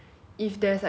what would you not want